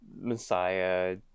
Messiah